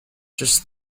just